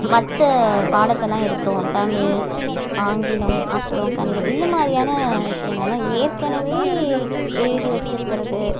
மற்ற பாடத்தெல்லாம் எடுத்தோம் தமிழ் ஆங்கிலம் அப்புறம் கணிதம் இந்த மாரியான விசயங்கள்லாம் ஏற்கனவே எழுதி வச்சிருக்கிறது